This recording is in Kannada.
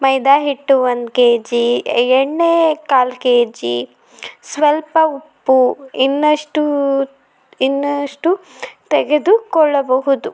ಮೈದಾಹಿಟ್ಟು ಒಂದು ಕೆಜಿ ಎಣ್ಣೆ ಕಾಲು ಕೆಜಿ ಸ್ವಲ್ಪ ಉಪ್ಪು ಇನ್ನಷ್ಟು ಇನ್ನಷ್ಟು ತೆಗೆದುಕೊಳ್ಳಬಹುದು